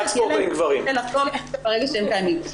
יהיה להם קשה לחזור ברגע ש --- זאת אומרת רק ספורטאים גברים.